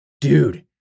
Dude